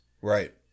Right